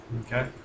Okay